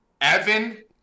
Evan